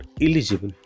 eligible